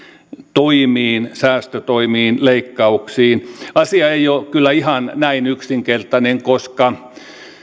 toimiin säästötoimiin leikkauksiin asia ei ole kyllä ihan näin yksinkertainen koska